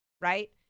Right